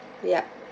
ya